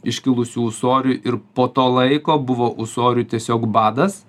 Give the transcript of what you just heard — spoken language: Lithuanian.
iškilusių ūsorių ir po to laiko buvo ūsorių tiesiog badas